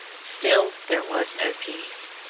still there was no peace.